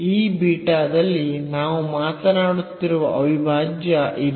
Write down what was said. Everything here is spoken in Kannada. ಈ ಬೀಟಾದಲ್ಲಿ ನಾವು ಮಾತನಾಡುತ್ತಿರುವ ಅವಿಭಾಜ್ಯ ಇದು